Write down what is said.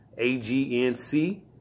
AGNC